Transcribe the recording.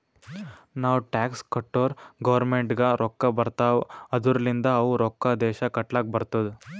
ನಾವ್ ಟ್ಯಾಕ್ಸ್ ಕಟ್ಟುರ್ ಗೌರ್ಮೆಂಟ್ಗ್ ರೊಕ್ಕಾ ಬರ್ತಾವ್ ಅದೂರ್ಲಿಂದ್ ಅವು ರೊಕ್ಕಾ ದೇಶ ಕಟ್ಲಕ್ ಬರ್ತುದ್